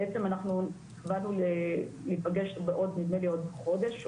בעצם אנחנו החלטנו להיפגש בעוד חודש,